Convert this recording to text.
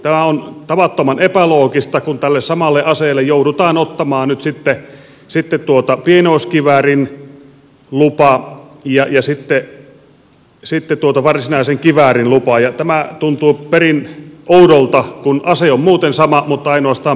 tämä on tavattoman epäloogista kun tälle samalle aseelle joudutaan ottamaan nyt sitten pienoiskiväärin lupa ja sitten varsinaisen kiväärin lupa ja tämä tuntuu perin oudolta kun ase on muuten sama mutta ainoastaan piippu muuttuu